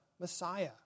Messiah